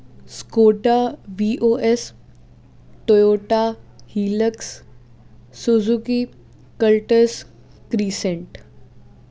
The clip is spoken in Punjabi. Skoda B O S Toyota Hilux Suzuki Cultus Crescent